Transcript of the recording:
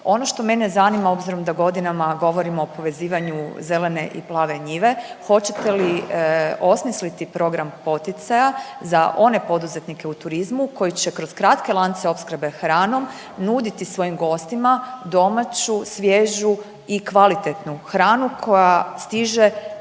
Ono što mene zanima, obzirom da godinama govorimo o povezivanju zelene i plave njive, hoćete li osmisliti program poticaja za one poduzetnike u turizmu koji će kroz kratke lance opskrbe hranom, nuditi svojim gostima domaću, svježu i kvalitetnu hranu koja stiže